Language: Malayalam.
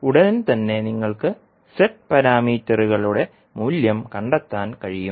ഉടൻ തന്നെ നിങ്ങൾക്ക് z പാരാമീറ്ററുകളുടെ മൂല്യം കണ്ടെത്താൻ കഴിയും